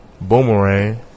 Boomerang